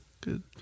good